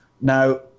Now